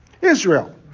Israel